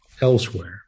elsewhere